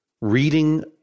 reading